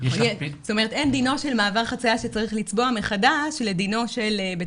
זאת אומרת אין דינו של מעבר חציה שצריך לצבוע מחדש לדינו של בית